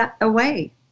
away